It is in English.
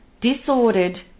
disordered